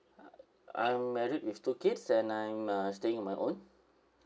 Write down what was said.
I'm married with two kids and I'm uh staying in my own